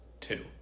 two